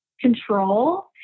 control